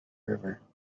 river